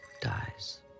dies